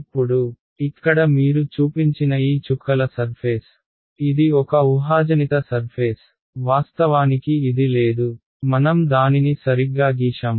ఇప్పుడు ఇక్కడ మీరు చూపించిన ఈ చుక్కల సర్ఫేస్ ఇది ఒక ఊహాజనిత సర్ఫేస్ వాస్తవానికి ఇది లేదు మనం దానిని సరిగ్గా గీశాము